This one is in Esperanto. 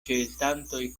ĉeestantoj